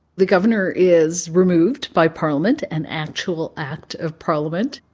the governor is removed by parliament an actual act of parliament.